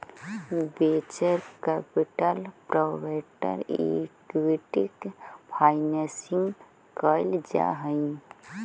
venture capital private equity financing कैल जा हई